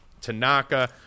Tanaka